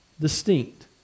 distinct